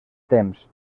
temps